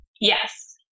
Yes